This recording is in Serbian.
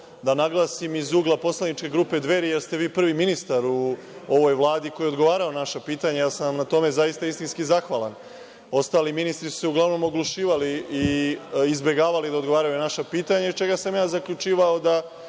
da naglasim iz ugla Poslaničke grupe „Dveri“, jer ste vi prvi ministar u ovoj Vladi koji je odgovarao na naša pitanja i ja sam vam na tome zaista istinski zahvalan. Ostali ministri su se uglavnom oglušavali i izbegavali da odgovaraju na naša pitanja, iz čega sam ja zaključivao da